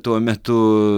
tuo metu